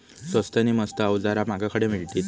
स्वस्त नी मस्त अवजारा माका खडे मिळतीत?